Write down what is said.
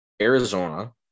Arizona